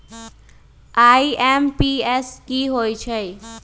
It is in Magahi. आई.एम.पी.एस की होईछइ?